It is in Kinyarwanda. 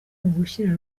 ugushyira